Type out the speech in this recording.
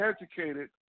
educated